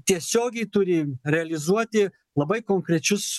tiesiogiai turi realizuoti labai konkrečius